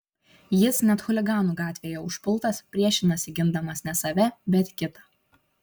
jis net chuliganų gatvėje užpultas priešinasi gindamas ne save bet kitą